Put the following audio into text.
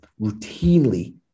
routinely